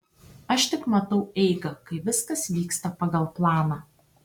aš tik matau eigą kai viskas vyksta pagal planą